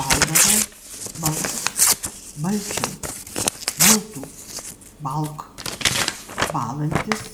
baldavo bals balčiau baltų balk bąlantis